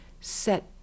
set